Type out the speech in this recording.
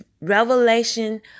revelation